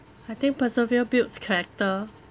I think persevere builds character